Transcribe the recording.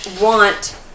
want